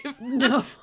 no